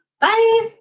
Bye